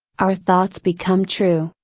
our thoughts become true,